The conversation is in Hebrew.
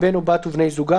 בן או בת ובני זוגם,